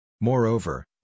Moreover